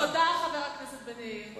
תודה, חבר הכנסת בן-ארי.